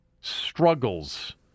struggles